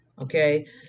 Okay